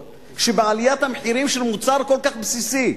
שבעליית המחירים של מוצר כל כך בסיסי.